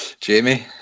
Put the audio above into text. Jamie